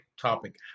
topic